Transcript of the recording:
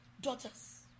daughters